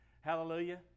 Hallelujah